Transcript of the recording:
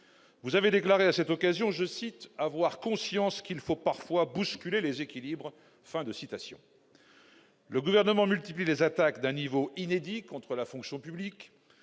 vous avez déclaré à cette occasion, je cite : avoir conscience qu'il faut parfois bousculer les équilibres,